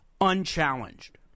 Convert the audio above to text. unchallenged